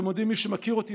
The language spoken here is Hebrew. מי שמכיר אותי,